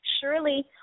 Surely